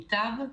ייטב,